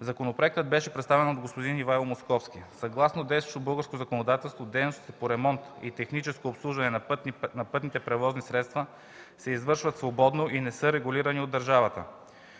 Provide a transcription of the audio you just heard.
Законопроектът беше представен от господин Ивайло Московски. Съгласно действащото българско законодателство дейностите по ремонт и техническо обслужване на пътните превозни средства се извършват свободно и не са регулирани от държавата.